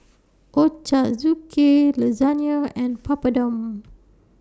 Ochazuke Lasagna and Papadum